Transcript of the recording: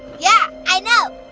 yeah, i know.